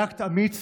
באקט אמיץ